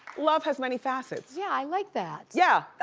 love has many facets. yeah, i like that. yeah,